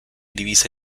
divisa